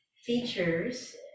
features